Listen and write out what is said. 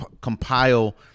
compile